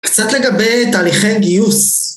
קצת לגבי תהליכי גיוס